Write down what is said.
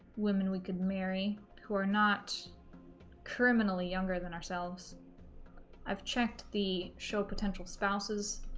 women we could marry who are not criminally younger than ourselves i've checked the show potential spouse's